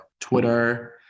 Twitter